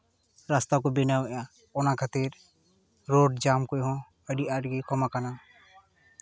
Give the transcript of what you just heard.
ᱨᱟᱥᱛᱟ ᱠᱚ ᱵᱮᱱᱟᱣᱮᱜᱼᱟ ᱚᱱᱟ ᱠᱷᱟᱹᱛᱤᱨ ᱨᱳᱰ ᱡᱟᱢ ᱠᱚᱡ ᱦᱚᱸ ᱟᱹᱰᱤ ᱟᱸᱴ ᱜᱮ ᱠᱚᱢ ᱠᱟᱱᱟ